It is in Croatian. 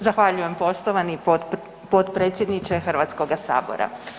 Zahvaljujem, poštovani potpredsjedniče Hrvatskog sabora.